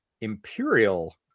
imperial